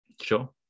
Sure